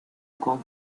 con